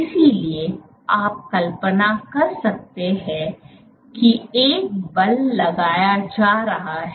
इसलिए आप कल्पना कर सकते हैं कि एक बल लगाया जा रहा है